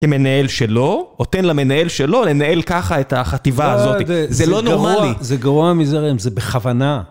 המנהל שלו, או תן למנהל שלו לנהל ככה את החטיבה הזאת. זה לא נורמלי. זה גרוע מזה ראם, זה בכוונה.